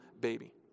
baby